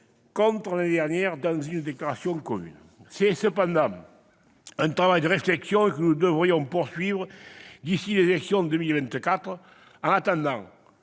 contre l'année dernière dans une déclaration commune. C'est cependant un travail de réflexion que nous devrions poursuivre d'ici les élections de 2024. En attendant,